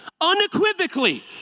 Unequivocally